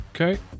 Okay